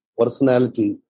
personality